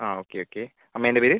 അ okay okay അമ്മേൻ്റെ പേര്